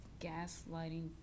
gaslighting